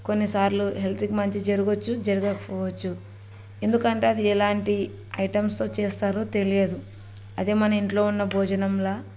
కొన్నిసార్లు హెల్త్కి మంచి జరగవచ్చు జరగకపోవచ్చు ఎందుకంటే అది ఎలాంటి ఐటమ్స్తో చేస్తారో తెలియదు అదే మన ఇంట్లో ఉన్న భోజనంలాగ